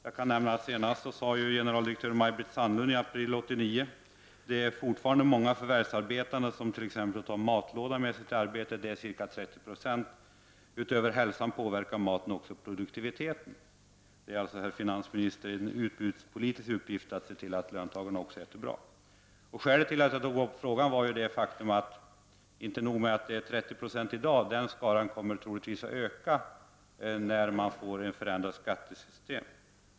Jag kan nämna att generaldirektör Maj-Britt Sandlund uttalade i april 1989 att det fortfarande är många förvärvsarbetande som t.ex. tar matlåda med sig till arbetet, ca 30 76. Utöver hälsan påverkar maten också produktiviteten. Det är alltså, herr finansminister, en utbudspolitisk uppgift att se till att löntagarna äter bra. Skälet till att jag tog upp frågan var att skaran av dem som i dag har matlåda med sig troligtvis kommer att öka när man får ett förändrat skattesystem.